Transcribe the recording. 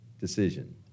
decision